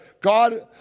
God